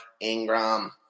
Ingram